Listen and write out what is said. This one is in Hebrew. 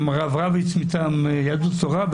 הרב רביץ מטעם יהדות התורה,